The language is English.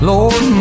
Lord